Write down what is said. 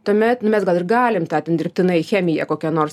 tuomet nu mes gal ir galim tą ten dirbtinai chemija kokią nors